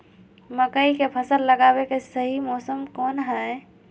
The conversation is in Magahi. मकई के फसल लगावे के सही मौसम कौन हाय?